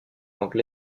langue